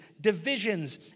divisions